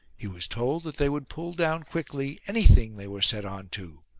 he was told that they would pull down quickly anything they were set on to.